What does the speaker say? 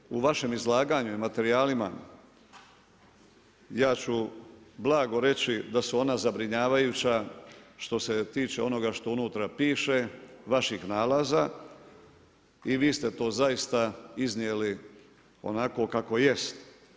Međutim, u vašem izlaganju i materijalima ja ću blago reći da su ona zabrinjavajuća što se tiče onoga što unutra piše, vaših nalaza i vi ste to zaista iznijeli onako kako jest.